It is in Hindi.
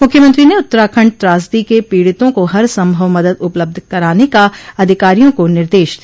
मुख्यमंत्री ने उत्तराखंड त्रासदी के पीड़ितों को हर संभव मदद उपलब्ध कराने का अधिकारियों को निर्देश दिया